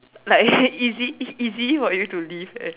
like easy it's easy for you to leave eh